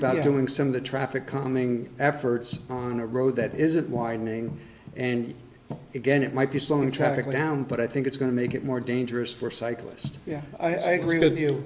about doing some of the traffic calming efforts on a road that isn't whining and again it might be slowing traffic down but i think it's going to make it more dangerous for cyclists yeah i agree with you